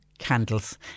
Candles